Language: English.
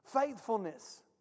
Faithfulness